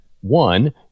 One